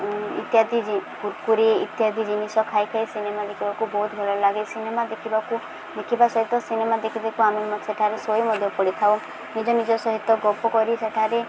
ଇତ୍ୟାଦି ପୁରୀ ଇତ୍ୟାଦି ଜିନିଷ ଖାଇ ଖାଇ ସିନେମା ଦେଖିବାକୁ ବହୁତ ଭଲ ଲାଗେ ସିନେମା ଦେଖିବାକୁ ଦେଖିବା ସହିତ ସିନେମା ଦେଖି ଦେଖି ଆମେ ସେଠାରେ ଶୋଇ ମଧ୍ୟ ପଡ଼ିଥାଉ ନିଜ ନିଜ ସହିତ ଗପ କରି ସେଠାରେ